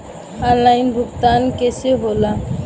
Online भुगतान कैसे होए ला?